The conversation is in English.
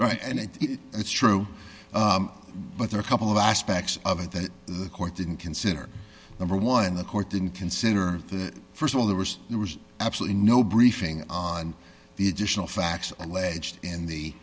right and i think it's true but there are a couple of aspects of it that the court didn't consider number one the court didn't consider that st of all there was there was absolutely no briefing on the additional facts alleged in the